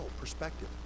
perspective